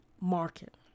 market